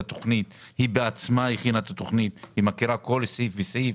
היא בעצמה הכינה את התכנית והיא מכירה כל סעיף וסעיף.